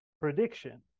prediction